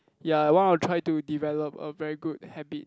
ya I wanna try to develop a very good habit